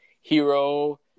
hero